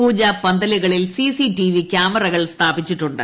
പൂജാ പന്തലുകളിൽ സിസിടിവി ക്യാമറകൾ സ്ഥാപിച്ചിട്ടുണ്ട്